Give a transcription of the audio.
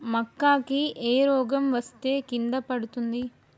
మక్కా కి ఏ రోగం వస్తే కింద పడుతుంది?